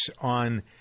on